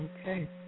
Okay